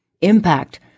impact